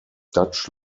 dutch